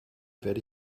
werde